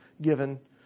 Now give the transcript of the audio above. given